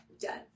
Done